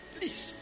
Please